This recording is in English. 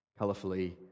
colorfully